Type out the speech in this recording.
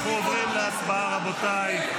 אנחנו עוברים להצבעה, רבותיי.